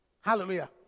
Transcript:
Hallelujah